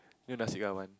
you know Nasi